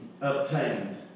obtained